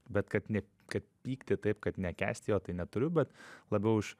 bet kad ne kad pykti taip kad nekęst jo tai neturiu bet labiau iš